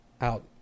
out